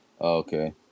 Okay